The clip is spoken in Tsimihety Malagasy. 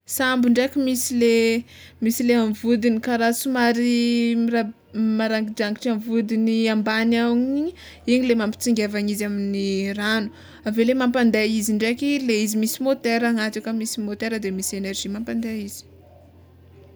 Sambo ndraiky misy le misy le amy vodiny kara somary mirab- maranidrangitry amy vodiny ambany ao igny igny le mampitsingevany izy amy ragno, aveo le mampande izy ndraiky le izy misy môtera agnaty aka misy môtera de misy enerzy mampande izy.